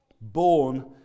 Born